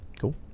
Cool